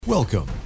Welcome